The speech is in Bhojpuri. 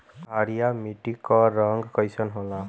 क्षारीय मीट्टी क रंग कइसन होला?